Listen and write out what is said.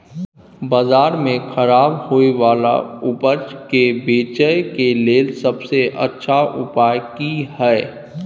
बाजार में खराब होय वाला उपज के बेचय के लेल सबसे अच्छा उपाय की हय?